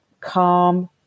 Calm